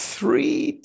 Three